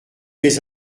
mes